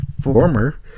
former